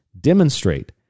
demonstrate